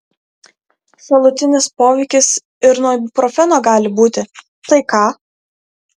šalutinis poveikis ir nuo ibuprofeno gali būti tai ką